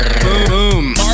Boom